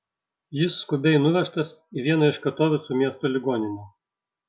jis skubiai nuvežtas į vieną iš katovicų miesto ligoninių